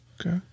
Okay